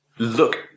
look